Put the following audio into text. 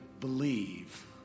believe